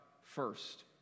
first